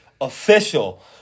official